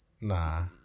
Nah